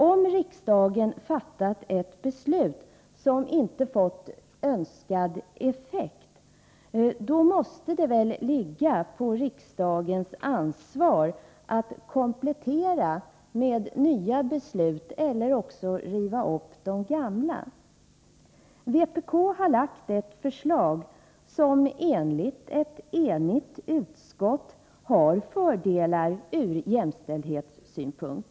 Om riksdagen fattat ett beslut som inte fått önskad effekt, måste det väl ligga på riksdagens ansvar att komplettera med nya beslut eller att riva upp det gamla. Vpk har lagt fram ett förslag som enligt ett enigt utskott har fördelar ur jämställdhetssynpunkt.